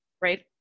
right